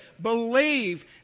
believe